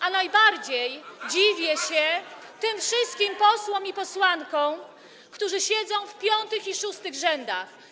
A najbardziej dziwię się tym wszystkim posłom i posłankom, którzy siedzą w piątych i szóstych rzędach.